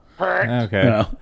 Okay